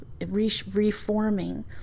reforming